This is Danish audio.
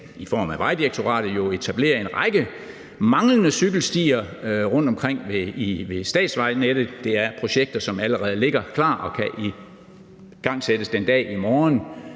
i form af Vejdirektoratet etablerer en række cykelstier rundtomkring på statsvejnettet, for de mangler. Det er projekter, som allerede ligger klar og kan igangsættes den dag i morgen